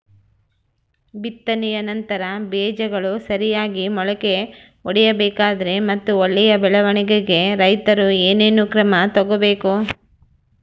ಬಿತ್ತನೆಯ ನಂತರ ಬೇಜಗಳು ಸರಿಯಾಗಿ ಮೊಳಕೆ ಒಡಿಬೇಕಾದರೆ ಮತ್ತು ಒಳ್ಳೆಯ ಬೆಳವಣಿಗೆಗೆ ರೈತರು ಏನೇನು ಕ್ರಮ ತಗೋಬೇಕು?